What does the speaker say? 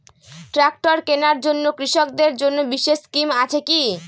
Tractor কেনার জন্য কৃষকদের জন্য বিশেষ স্কিম আছে কি?